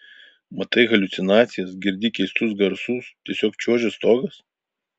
matai haliucinacijas girdi keistus garsus tiesiog čiuožia stogas